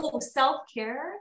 self-care